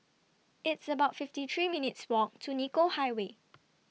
It's about fifty three minutes' Walk to Nicoll Highway